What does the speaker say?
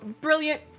Brilliant